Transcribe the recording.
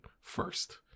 first